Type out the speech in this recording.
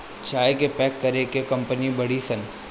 चाय के पैक करे के कंपनी बाड़ी सन